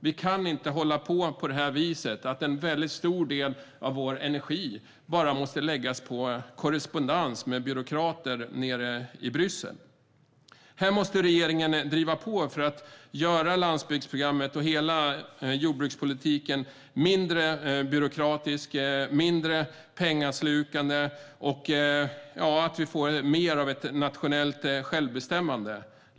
Vi kan inte hålla på så här. En väldigt stor del av vår energi kan inte bara läggas på korrespondens med byråkrater nere i Bryssel. Här måste regeringen driva på för att göra landsbygdsprogrammet och hela jordbrukspolitiken mindre byråkratiska och mindre pengaslukande. Det handlar om att vi ska få mer av ett nationellt självbestämmande.